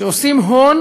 שעושים הון